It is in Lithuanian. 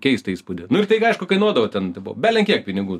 keistą įspūdį nu ir tai aišku kainuodavo ten belenkiek pinigų